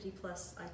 plus